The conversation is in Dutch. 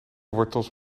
wortels